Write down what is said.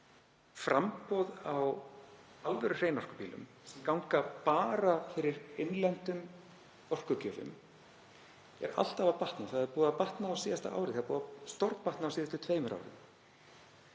framboð á alvöru hreinorkubílum sem ganga bara fyrir innlendum orkugjöfum er alltaf að batna. Það er búið að batna á síðasta ári og hefur stórbatnað á síðustu tveimur árum.